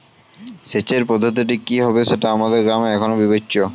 সেচের পদ্ধতিটি কি হবে সেটা আমাদের গ্রামে এখনো বিবেচ্য